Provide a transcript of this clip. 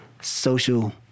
social